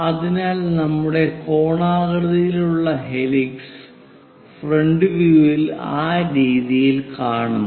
അതിനാൽ നമ്മുടെ കോണാകൃതിയിലുള്ള ഹെലിക്സ് ഫ്രണ്ട് വ്യൂ ഇൽ ആ രീതിയിൽ കാണുന്നു